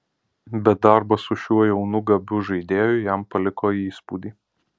bet darbas su šiuo jaunu gabiu žaidėju jam paliko įspūdį